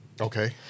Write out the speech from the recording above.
Okay